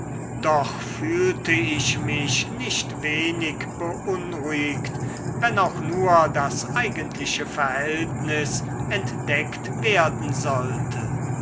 doch fühlte ich mich nicht wenig beunruhigt wenn auch nur das eigentliche verhältnis entdeckt werden sollte